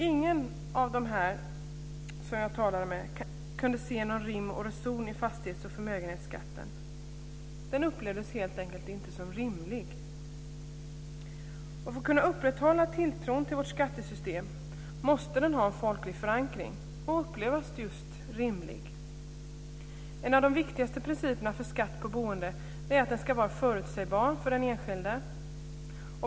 Ingen av dem som jag talade med kunde se någon rim och reson i fastighets och förmögenhetsbeskattningen. Den upplevdes helt enkelt inte som rimlig. För att vi ska kunna upprätthålla tilltron till skattesystemet måste beskattningen ha folklig förankring och upplevas som rimlig. En av de viktigaste principerna för skatt på boende är att den ska vara förutsägbar för den enskilde.